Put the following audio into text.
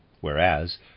whereas